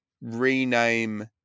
rename